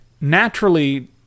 naturally